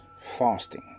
fasting